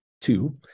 two